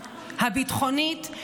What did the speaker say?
הביטחונית,